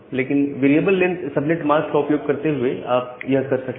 लेकिन variable length subnet mask का उपयोग करते हुए आप यह कर सकते हैं